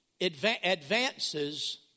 advances